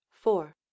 four